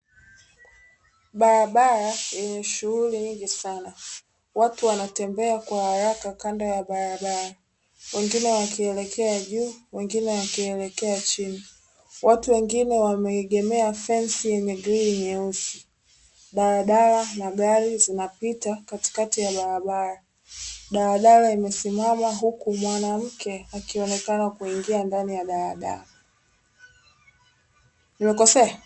Barabara yenye shughuli nyingi sana, watu wanatembea kwa haraka kando ya barabara wengine wakielekea juu, wengine wakielekea chini. Watu wengine wameegemea fensi yenye grili nyeusi daladala na gari zinapita katikati ya barabara, daladala imesimama huku mwanamke akionekana kuingia ndani ya daladala.